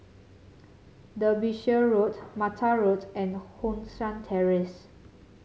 Derbyshire Road Mattar Road and Hong San Terrace